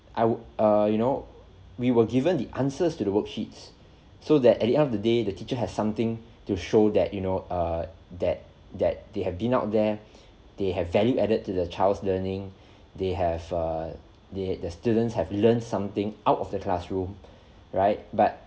I would err you know we were given the answers to the worksheets so that at the end of the day the teacher has something to show that you know err that that they have been out there they have value added to their child's learning they have err they the students have learned something out of the classroom right but